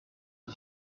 mon